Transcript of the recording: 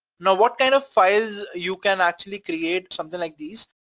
now what kind of files you can actually create something like this.